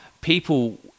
people